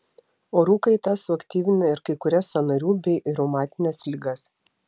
orų kaita suaktyvina ir kai kurias sąnarių bei reumatines ligas